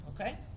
okay